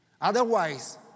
Otherwise